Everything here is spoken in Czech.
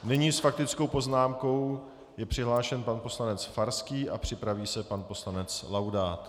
Nyní s faktickou poznámkou je přihlášen pan poslanec Farský a připraví se pan poslanec Laudát.